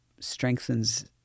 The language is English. strengthens –